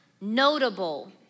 notable